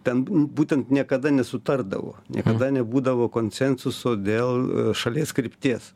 ten būtent niekada nesutardavo niekada nebūdavo konsensuso dėl šalies krypties